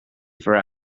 for